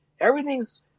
Everything's